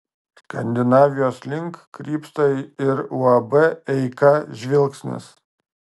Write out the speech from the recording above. skandinavijos link krypsta ir uab eika žvilgsnis